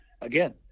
again